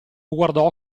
guardò